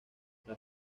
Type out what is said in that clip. las